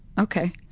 okay.